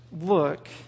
look